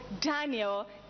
Daniel